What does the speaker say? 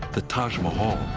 the taj mahal.